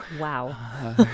Wow